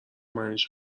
معنیش